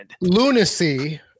Lunacy